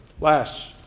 Last